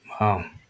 Wow